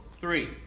three